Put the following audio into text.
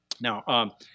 Now